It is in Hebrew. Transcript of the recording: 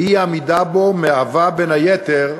ואי-עמידה בו מהווה, בין היתר,